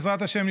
בעזרת השם,